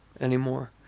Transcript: anymore